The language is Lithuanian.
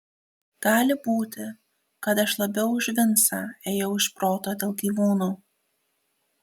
gali būti kad aš labiau už vincą ėjau iš proto dėl gyvūnų